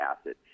acid